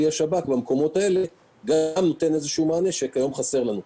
כלי השב"כ במקומות האלה נותן איזשהו מענה שחסר לנו היום.